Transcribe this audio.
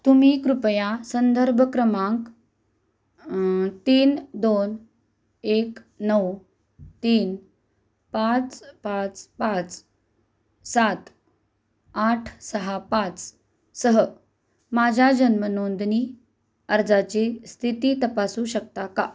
तुम्ही कृपया संदर्भ क्रमांक तीन दोन एक नऊ तीन पाच पाच पाच सात आठ सहा पाचसह माझ्या जन्म नोंदणी अर्जाची स्थिती तपासू शकता का